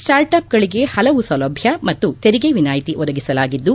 ಸ್ಲಾರ್ಟ್ಅಪ್ಗಳಿಗೆ ಹಲವು ಸೌಲಭ್ಣ ಮತ್ತು ತೆರಿಗೆ ವಿನಾಯಿತಿ ಒದಗಿಸಲಾಗಿದ್ದು